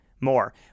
more